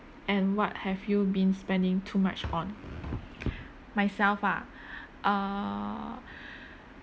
and what have you been spending too much on myself ah err